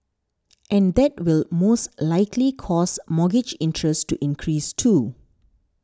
and that will most likely cause mortgage interest to increase too